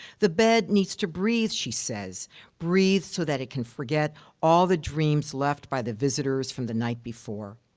the bed needs to breathe she says breathe so that it can forget all the dreams left by the visitors from the night before.